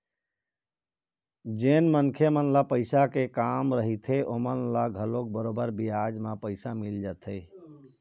जेन मनखे मन ल पइसा के काम रहिथे ओमन ल घलोक बरोबर बियाज म पइसा मिल जाथे